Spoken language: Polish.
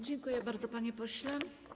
Dziękuję bardzo, panie pośle.